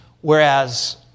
Whereas